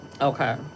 Okay